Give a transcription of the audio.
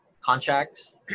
contracts